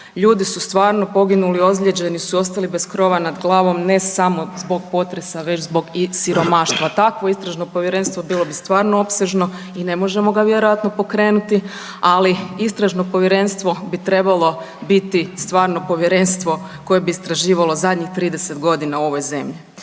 Ljudi su stvarno poginuli, ozlijeđeni su ostali bez krova nad glavom ne samo zbog potresa već i zbog siromaštva. Takvo istražno povjerenstvo bilo bi stvarno opsežno i ne možemo ga vjerojatno pokrenuti, ali istražno povjerenstvo bi trebalo biti stvarno povjerenstvo koje bi istraživalo zadnjih 30 godina u ovoj zemlji.